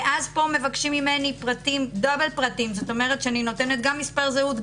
ופה מבקשים ממני דאבל פרטים אני נותנת גם מספר זהות,